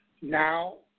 Now